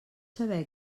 saber